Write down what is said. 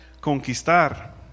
conquistar